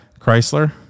Chrysler